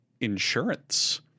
insurance